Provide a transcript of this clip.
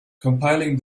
compiling